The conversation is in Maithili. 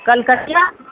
कलकतिआ